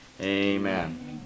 Amen